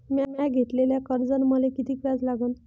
म्या घेतलेल्या कर्जावर मले किती व्याज लागन?